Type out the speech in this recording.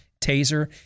Taser